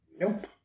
Nope